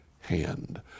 hand